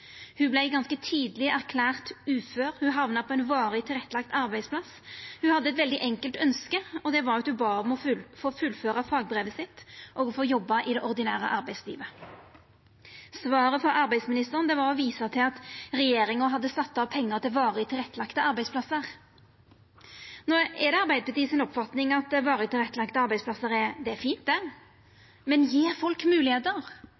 Ho vart ganske tidleg erklært ufør, ho hamna på ein varig tilrettelagd arbeidsplass. Ho hadde eit veldig enkelt ønske, det var å få fullføra fagbrevet sitt og få jobba i det ordinære arbeidslivet. Svaret frå arbeidsministeren var å visa til at regjeringa hadde sett av pengar til varig tilrettelagde arbeidsplassar. No er det Arbeidarpartiet si oppfatning at varig tilrettelagde arbeidsplassar er fint – men gje folk moglegheiter når folk har lyst, evne og vilje til å jobba og vera ein del av det